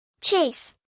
Chase